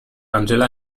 angela